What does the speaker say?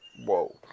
whoa